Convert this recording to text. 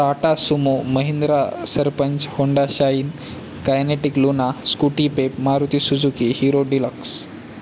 Tata Sumo Mahindra Sarpanch Honda Shine Kinetic Luna Scooty Pep Maruti Suzuki Hero deluxe